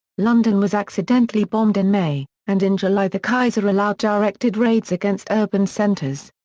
london was accidentally bombed in may, and in july the kaiser allowed directed raids against urban centers.